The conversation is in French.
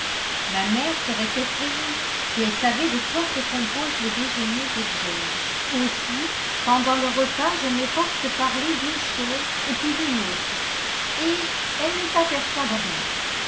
ma mère serait effrayée si elle savait de quoi se compose le déjeuner de jane aussi pendant le repas je m'efforce de parler d'une chose et puis d'une autre et elle ne s'aperçoit de rien